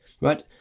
right